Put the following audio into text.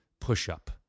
push-up